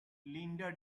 linda